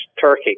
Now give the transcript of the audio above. turkey